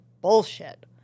bullshit